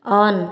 on